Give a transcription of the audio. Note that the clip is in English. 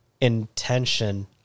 intention